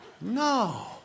No